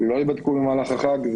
לא ייבדקו במהלך החג.